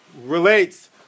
relates